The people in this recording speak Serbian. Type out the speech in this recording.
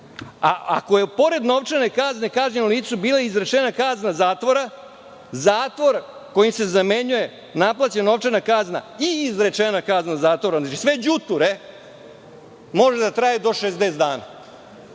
ako je pored novčane kazne kažnjenom licu bila izrečena kazna zatvora, zatvor kojim se zamenjuje naplaćena novčana kazna i izrečena kazna zatvora, znači sve đuture, može da traje do 60 dana.